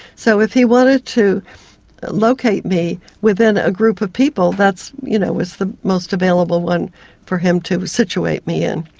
so if he wanted to locate me within a group of people, that you know was the most available one for him to situate me in,